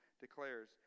declares